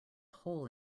hole